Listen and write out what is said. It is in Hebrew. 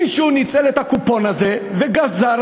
מישהו ניצל את הקופון הזה וגזר,